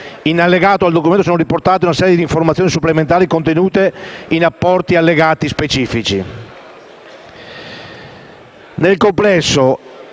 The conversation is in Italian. In allegato al Documento sono riportate una serie d'informazioni supplementari contenute in apposite appendici.